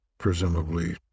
Presumably